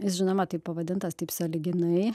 jis žinoma taip pavadintas taip sąlyginai